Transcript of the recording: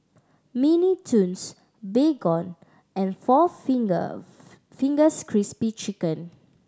Mini Toons Baygon and four Finger Fingers Crispy Chicken